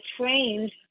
trained